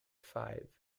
five